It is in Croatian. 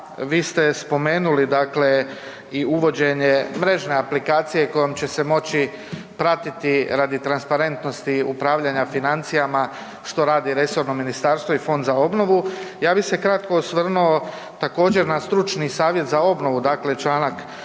vi ste spomenuli i uvođenje mrežne aplikacije kojom će se moći pratiti radi transparentnosti upravljanja financijama što radi resorno ministarstvo i Fond za obnovu. Ja bih se kratko osvrnuo također na stručni savjet za obnovi, dakle čl.